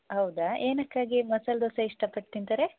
ಹೌದಾ ಏನಕ್ಕಾಗಿ ಮಸಾಲೆ ದೋಸೆ ಇಷ್ಟಪಟ್ಟು ತಿಂತಾರೆ